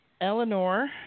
Eleanor